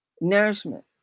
nourishment